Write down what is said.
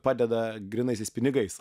padeda grynaisiais pinigais